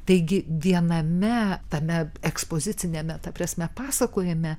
taigi viename tame ekspoziciniame ta prasme pasakojime